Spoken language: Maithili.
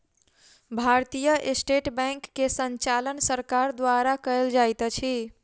भारतीय स्टेट बैंक के संचालन सरकार द्वारा कयल जाइत अछि